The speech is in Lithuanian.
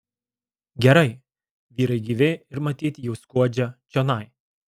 gerai vyrai gyvi ir matyt jau skuodžia čionai